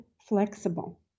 flexible